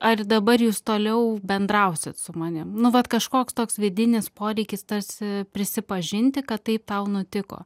ar dabar jūs toliau bendrausit su manim nu vat kažkoks toks vidinis poreikis tarsi prisipažinti kad tai tau nutiko